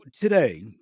today